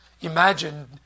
Imagine